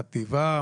חטיבה,